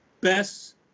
Best